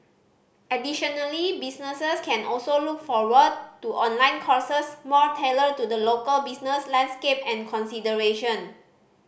additionally businesses can also look forward to online courses more tailored to the local business landscape and consideration